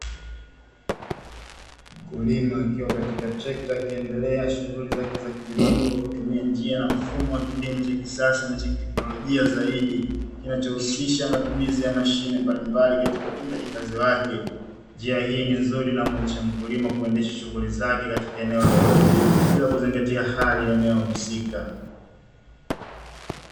Mkulima akiwa katika trekta akiendelea na shughuli zake za kilimo kwa kutumia njia na mfumo wa kilimo cha kisasa na cha kiteknolojia zaidi kinachohusisha matumizi ya mashine mbalimbali katika utendaji kazi wake; njia hii ni nzuri na humwezesha mkulima kuendesha shughuli zake katika eneo lolote bila kuzingatia hali ya eneo husika.